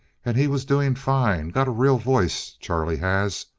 and he was doing fine. got a real voice, charlie has.